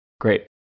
Great